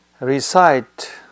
recite